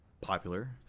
popular